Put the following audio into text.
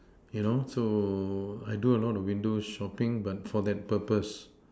you know so I do a lot of window shopping but for that purpose